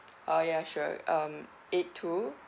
uh ya sure um eight two